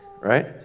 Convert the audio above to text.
Right